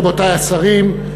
רבותי השרים,